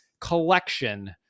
collection